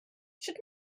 sut